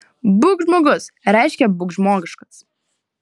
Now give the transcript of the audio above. būk žmogus reiškia būk žmogiškas